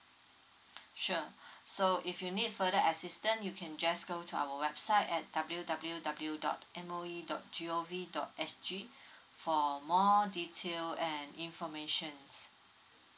sure so if you need further assistant you can just go to our website at W_W_W dot M O E dot G_O_V dot S_G for more detail and informations